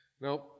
Now